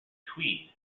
tweed